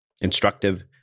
instructive